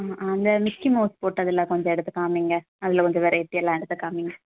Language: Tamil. ஆ ஆமாம் அந்த மிக்கி மவுஸ் போட்டதில் கொஞ்சம் எடுத்து காமிங்க அதில் கொஞ்சம் வெரைட்டி எல்லாம் எடுத்து காமிங்க